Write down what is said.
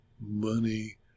money